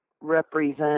represent